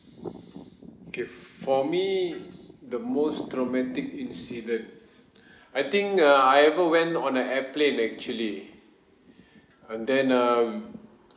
okay for me the most traumatic incident I think uh I ever went on a airplane actually and then um